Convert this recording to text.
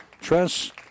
Tress